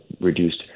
reduced